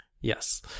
Yes